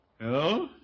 Hello